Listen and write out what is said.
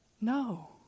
no